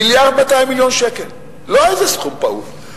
1.2 מיליארד שקל, ולא איזה סכום פעוט,